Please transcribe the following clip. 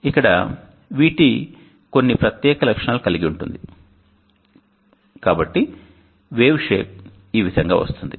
ఇక్కడ VT కొన్ని ప్రత్యేక లక్షణాలు కలిగి ఉంటుంది కాబట్టి WAVESHAPE ఈ విధంగా వస్తుంది